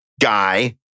guy